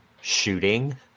shooting